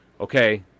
okay